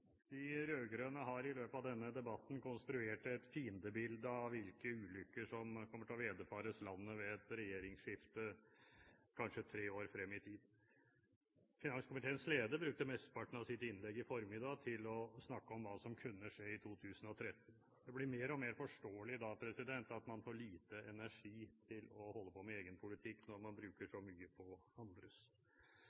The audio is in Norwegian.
De rød-grønne har i løpet av denne debatten konstruert et fiendebilde av hvilke ulykker som kommer til å vederfares landet ved et regjeringsskifte kanskje tre år frem i tid. Finanskomiteens leder brukte mesteparten av sitt innlegg i formiddag til å snakke om hva som kunne skje i 2013. Det blir mer og mer forståelig at man får lite energi til å holde på med egen politikk når man bruker